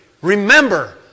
remember